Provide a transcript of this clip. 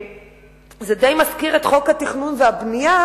זה די מזכיר את חוק התכנון והבנייה,